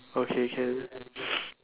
okay can